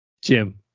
Jim